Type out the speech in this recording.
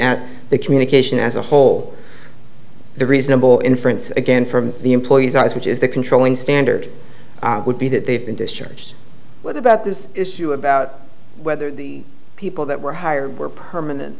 at the communication as a whole the reasonable inference again from the employee's eyes which is the controlling standard would be that they've been discharged what about this issue about whether the people that were hired were permanent